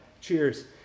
Cheers